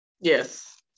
Yes